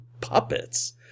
puppets